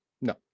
no